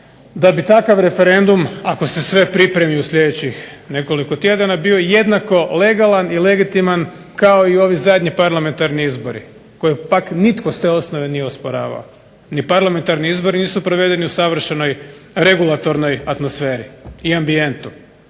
da bi takav referendum, ako se sve pripremi u sljedećih nekoliko tjedana je bio jednako legalan i legitiman kao i ovi zadnji parlamentarni izbori, koje pak nitko s te osnove nije osporavao. Ni parlamentarni izbori nisu provedeni u savršenoj regulatornoj atmosferi i ambijentu,